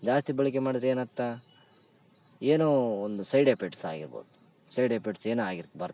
ಜಾಸ್ತಿ ಬಳಕೆ ಮಾಡಿದರೆ ಏನತ್ತ ಏನೋ ಒಂದು ಸೈಡ್ ಎಫೆಟ್ಸ್ ಆಗಿರ್ಬೋದು ಸೈಡ್ ಎಫೆಟ್ಸ್ ಏನಾಗಿರೋ ಬರತ್ತೆ